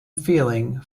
feeling